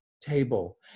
table